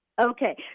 Okay